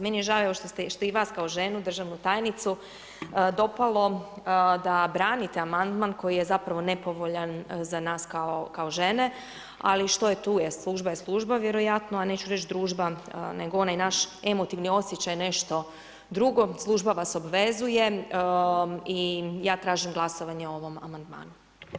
Meni je žao što je evo i vas kao ženu, državnu tajnicu dopalo da branite amandman koji je zapravo nepovoljan za nas kao žene ali što je tu je, služba je služba vjerojatno a neću družba nego onaj naš emotivni osjećaj je nešto drugo, služba vas obvezuje i ja tražim glasovanje o ovom amandmanu.